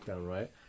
right